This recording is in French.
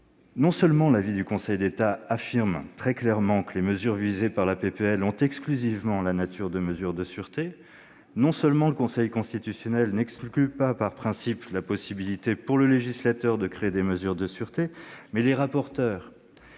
Non seulement le Conseil d'État affirme, dans son avis, que les mesures visées par la proposition de loi « ont exclusivement la nature de mesures de sûreté », non seulement le Conseil constitutionnel n'exclut pas, par principe, la possibilité pour le législateur de créer des mesures de sûreté, mais les rapporteures